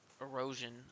erosion